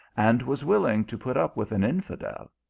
and was willing to put up with an infidel.